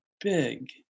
big